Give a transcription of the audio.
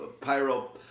Pyro